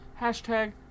Hashtag